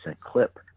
clip